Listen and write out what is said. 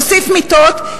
נוסיף מיטות.